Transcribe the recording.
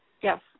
Yes